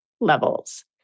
levels